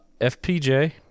FPJ